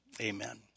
Amen